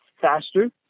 faster